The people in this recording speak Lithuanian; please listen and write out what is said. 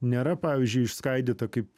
nėra pavyzdžiui išskaidyta kaip